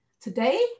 Today